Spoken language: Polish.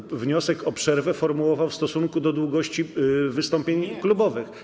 Ale pan wniosek o przerwę formułował w stosunku do długości wystąpień klubowych.